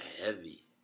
heavy